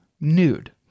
nude